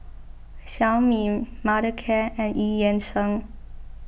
Xiaomi Mothercare and Eu Yan Sang